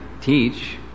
teach